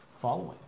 following